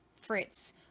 fritz